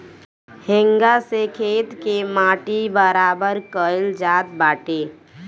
हेंगा से खेत के माटी बराबर कईल जात बाटे